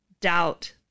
doubt